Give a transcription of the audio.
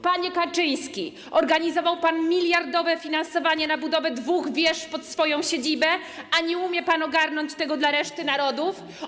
Panie Kaczyński, organizował pan miliardowe finansowanie budowy dwóch wież na swoją siedzibę, a nie umie pan ogarnąć tego dla reszty narodu?